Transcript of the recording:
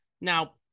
Now